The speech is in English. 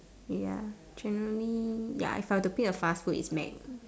ya generally ya if I were to pick a fast food it's Mac